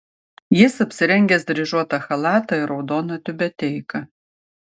jis apsirengęs dryžuotą chalatą ir raudoną tiubeteiką